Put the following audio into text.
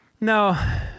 No